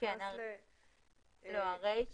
"אינן